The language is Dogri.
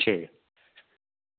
ठीक ऐ